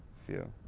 few,